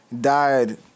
Died